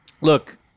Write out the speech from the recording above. Look